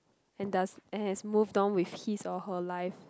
and does and has moved on with his or her life